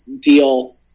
deal